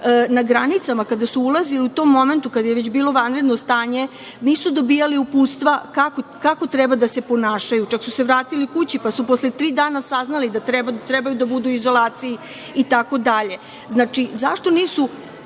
na granicama, kada su ulazili, u tom momentu kada je već bilo vanredno stanje nisu dobijali uputstva kako treba da se ponašaju, čak su se vratili kući, pa su posle tri dana saznali da trebaju da budu u izolaciji i tako dalje. Znači, zašto nisu